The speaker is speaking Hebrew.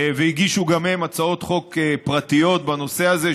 והגישו גם הם הצעות חוק פרטיות בנושא הזה,